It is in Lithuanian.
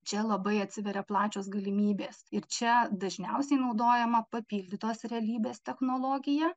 čia labai atsiveria plačios galimybės ir čia dažniausiai naudojama papildytos realybės technologija